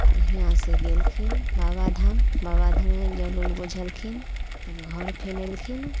आओर यहाँसँ गेलखिन बाबा धाम बाबा धाममे जल उल बोझलखिन तब घर फेन अयलखिन